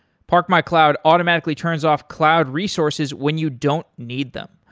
park my cloud automatically turns off cloud resources when you don't need them.